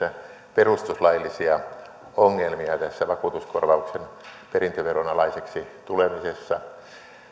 perustuslaillisia ongelmia tässä vakuutuskorvauksen perintöveron alaiseksi tulemisessa